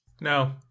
No